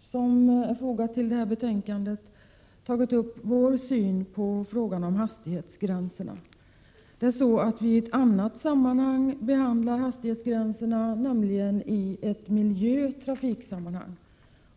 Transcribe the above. som fogats till detta betänkande tagit upp sin syn på frågan om hastighetsgränserna. Vi behandlar den frågan också i ett annat sammanhang, nämligen i ett miljö-trafiksammanhang.